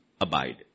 abide